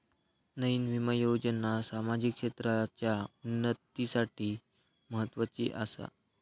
नयीन विमा योजना सामाजिक क्षेत्राच्या उन्नतीसाठी म्हत्वाची आसा